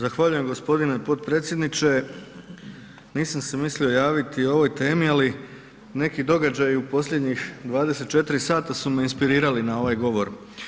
Zahvaljujem g. potpredsjedniče, nisam se mislio javiti o ovoj temi ali neki događaji u posljednjih 24h su me inspirirali na ovaj govor.